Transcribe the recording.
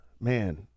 man